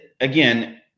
again